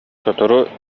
сотору